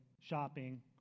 shopping